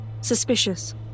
Suspicious